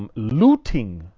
um looting,